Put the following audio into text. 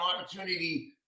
opportunity